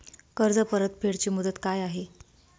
कर्ज परतफेड ची मुदत काय आहे?